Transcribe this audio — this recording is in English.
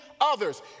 others